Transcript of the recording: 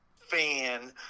fan